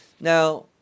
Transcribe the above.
Now